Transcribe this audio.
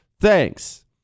Thanks